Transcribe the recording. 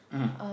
mmhmm